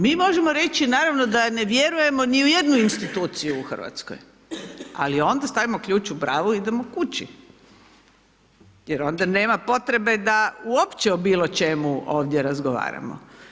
Mi možemo reći, naravno da ne vjerujemo ni u jednu instituciju u Hrvatskoj, ali onda stavimo ključ u bravu i idemo kući, jer onda nema potrebe, da uopće o bilo čemu ovdje razgovaramo.